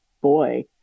boy